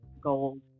gold